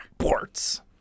sports